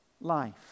life